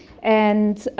and